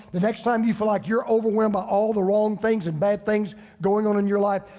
the next time you feel like you're overwhelmed by all the wrong things and bad things going on in your life,